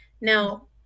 Now